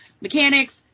mechanics